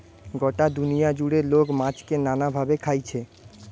গটা দুনিয়া জুড়ে লোক মাছকে নানা ভাবে খাইছে